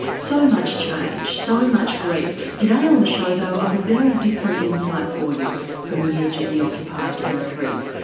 so much change, so much grief. today on the show though i've a very different insight for you from the edge of the occupied territories.